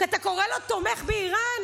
אתה קורא לו תומך באיראן?